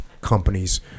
companies